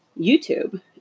YouTube